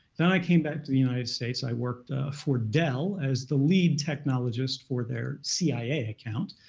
then i came back to the united states. i worked for dell as the lead technologist for their cia account,